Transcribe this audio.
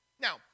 Now